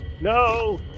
No